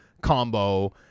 combo